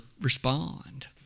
respond